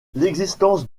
l’existence